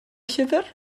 llyfr